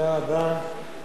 אדוני היושב-ראש,